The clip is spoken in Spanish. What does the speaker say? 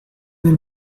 del